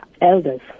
elders